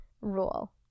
rule